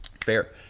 fair